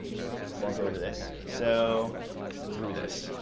or walk over this, so through this.